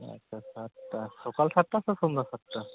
ᱟᱪᱪᱷᱟ ᱥᱟᱛᱴᱟ ᱥᱚᱠᱟᱞ ᱥᱟᱛᱴᱟ ᱥᱮ ᱥᱚᱱᱫᱷᱟ ᱥᱟᱛᱴᱟ